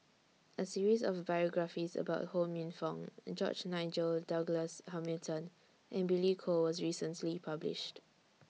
A series of biographies about Ho Minfong George Nigel Douglas Hamilton and Billy Koh was recently published